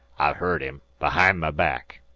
i've heard him, behind my back.